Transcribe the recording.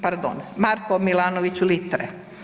Pardon, Marko Milanović Litre.